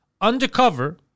undercover